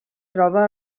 troba